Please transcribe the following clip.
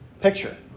picture